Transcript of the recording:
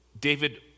David